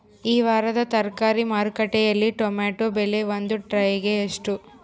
ಈ ವಾರದ ತರಕಾರಿ ಮಾರುಕಟ್ಟೆಯಲ್ಲಿ ಟೊಮೆಟೊ ಬೆಲೆ ಒಂದು ಟ್ರೈ ಗೆ ಎಷ್ಟು?